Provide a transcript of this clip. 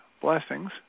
Blessings